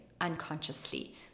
unconsciously